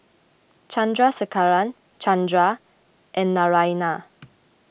Chandrasekaran Chandra and Naraina